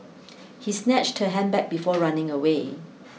he snatched her handbag before running away